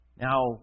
Now